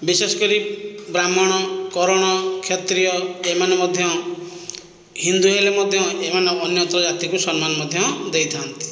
ବିଶେଷ କରି ବ୍ରାହ୍ମଣ କରଣ କ୍ଷତ୍ରିୟ ଏମାନେ ମଧ୍ୟ ହିନ୍ଦୁ ହେଲେ ମଧ୍ୟ ଏମାନେ ଅନ୍ୟତ୍ର ଜାତିକୁ ମଧ୍ୟ ସମ୍ମାନ ଦେଇଥାନ୍ତି